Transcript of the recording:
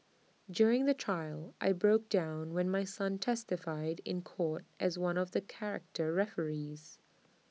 during the trial I broke down when my son testified in court as one of the character referees